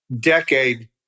decade